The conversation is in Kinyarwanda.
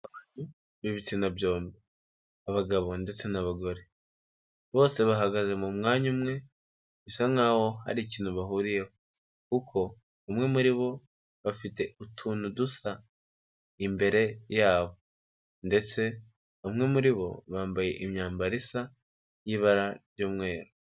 Abantu bibitsina byombi, abagabo ndetse n'abagore bose bahagaze mu mwanya umwe bisa nkaho hari ikintu bahuriyeho, kuko umwe muri bo afite utuntu dusa imbere yabo ndetse umwe muri bo bambaye imyambaro isa y'ibara ry'umweru.